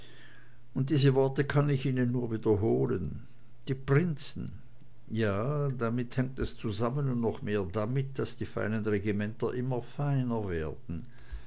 und diese worte kann ich ihnen nur wiederholen die prinzen ja damit hängt es zusammen und noch mehr damit daß die feinen regimenter immer feiner werden